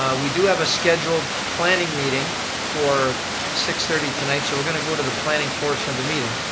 um we do have a scheduled planning meeting for six thirty tonight, so we're going to go to the planning portion of the meeting.